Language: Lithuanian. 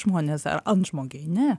žmonės ar antžmogiai ne